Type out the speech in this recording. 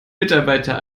mitarbeiter